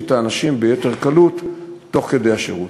את האנשים ביתר קלות תוך כדי השירות.